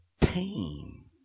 pain